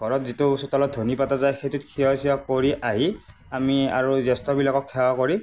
ঘৰত যিটো চোতালত পতা যায় সেইটোত সেৱা চেৱা কৰি আহি আমি আৰু জ্যেষ্ঠবিলাকক সেৱা কৰি